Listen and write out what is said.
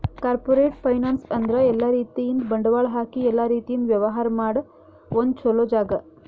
corporate finance ಅಂದ್ರ ಎಲ್ಲಾ ರೀತಿಯಿಂದ್ ಬಂಡವಾಳ್ ಹಾಕಿ ಎಲ್ಲಾ ರೀತಿಯಿಂದ್ ವ್ಯವಹಾರ್ ಮಾಡ ಒಂದ್ ಚೊಲೋ ಜಾಗ